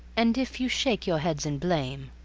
and if you shake your heads in blame.